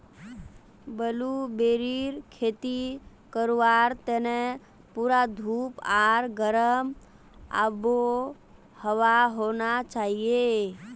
ब्लूबेरीर खेती करवार तने पूरा धूप आर गर्म आबोहवा होना चाहिए